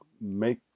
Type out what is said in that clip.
make